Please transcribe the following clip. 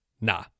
Nah